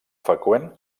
freqüent